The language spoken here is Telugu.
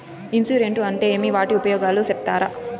ఇన్సూరెన్సు అంటే ఏమి? వాటి ఉపయోగాలు సెప్తారా?